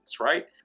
right